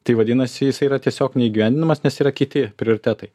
tai vadinasi jis yra tiesiog neįgyvendinamas nes yra kiti prioritetai